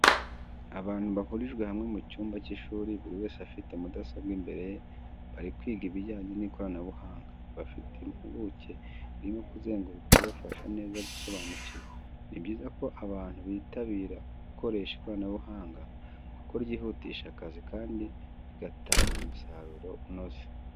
Abantu bahurijwe hamwe mu cyumba cy'ishuri, buri wese afite mudasobwa imbere ye bari kwiga ibijyanye n'ikoranabuhanga, bafite impuguke irimo kuzenguruka ibafasha neza gusobanukirwa. Ni byiza ko abantu bitabira gukoresha ikoranabuhanga kuko ryihutisha akazi kandi rigatanga umusaruro unoze.